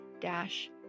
dash